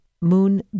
moon